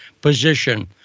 position